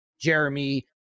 Jeremy